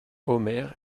omer